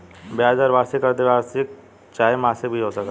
ब्याज दर वार्षिक, अर्द्धवार्षिक चाहे मासिक भी हो सकता